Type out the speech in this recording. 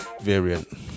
variant